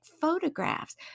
photographs